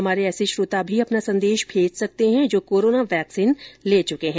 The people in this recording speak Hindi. हमारे ऐसे श्रोता भी अपना संदेश भेज सकते हैं जो कोरोना वैक्सीन ले चुके हैं